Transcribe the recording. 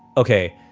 ok.